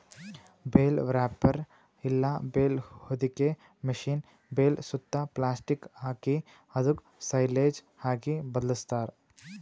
bale wrapper ಇಲ್ಲ bale ಹೊದಿಕೆ machine bale ಸುತ್ತಾ ಪ್ಲಾಸ್ಟಿಕ್ ಹಾಕಿ ಅದುಕ್ ಸೈಲೇಜ್ ಆಗಿ ಬದ್ಲಾಸ್ತಾರ್